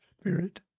spirit